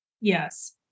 Yes